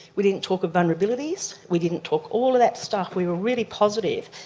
we didn't talk of vulnerabilities, we didn't talk all of that stuff, we were really positive,